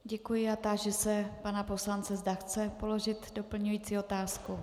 Děkuji a táži se pana poslance, zda chce položit doplňující otázku.